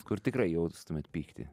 kur tikrai jaustumėt pyktį